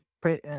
pray